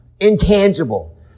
intangible